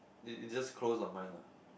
it it just close on mine lah